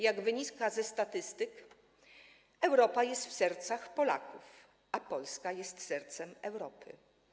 Jak wynika ze statystyk, Europa jest w sercach Polaków, a Polska jest sercem Europy.